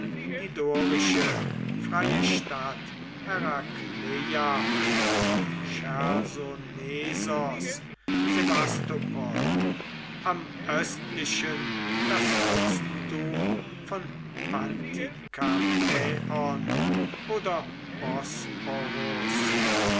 die dorische freie stadt herakleia oder chersonesos sevastopol am östlichen das fürstenrum von pantikapäon oder bosporus